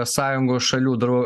sąjungos šalių drau